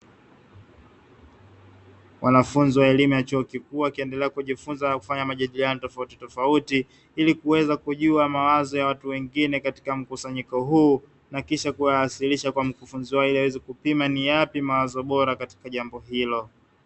Wanafunzi wa elimu ya chuo kikuu wakiendelea kujifunza na kufanya majadiliano tofauti tofauti, ili kuweza kujua mawazo ya watu wengine katika mkusanyiko huu na kisha kuyawasilisha kwa mkufunzi wao ili aweze kupima ni yapi mawazo bora katika jambo hilo.